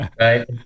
Right